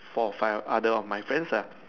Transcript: four or five other of my friends lah